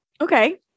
Okay